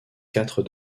quatre